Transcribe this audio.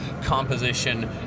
composition